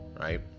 right